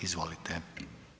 Izvolite.